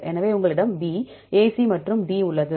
எனவே உங்களிடம் BAC மற்றும் D உள்ளது